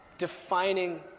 defining